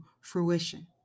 fruition